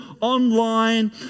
online